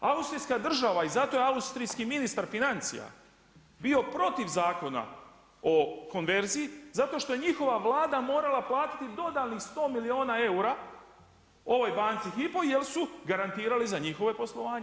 Austrijska država i zato je austrijski ministar financija bio protiv Zakona o konverziji, zato što je njihova Vlada morala platiti dodatnih 100 milijuna eura ovoj banci Hypo, jer su garantirali za njihovo poslovanje.